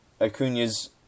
Acuna's